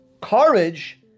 courage